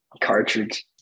cartridge